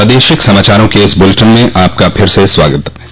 प्रादेशिक समाचारों के इस बुलेटिन में आपका फिर से स्वागत ह